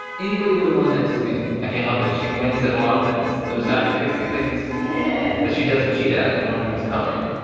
anybody would've won next to me. i can't help it. she wins at a lot of things. there's actually a few things. that she doesn't cheat at, and one of them is coloring,